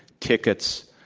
tickets,